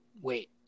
Wait